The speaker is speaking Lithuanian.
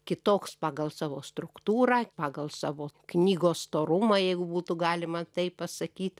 kitoks pagal savo struktūrą pagal savo knygos storumą jeigu būtų galima taip pasakyt